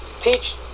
Teach